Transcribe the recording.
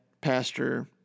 pastor